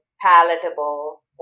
palatable